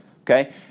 okay